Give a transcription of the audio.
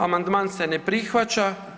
Amandman se ne prihvaća.